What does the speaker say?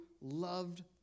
loved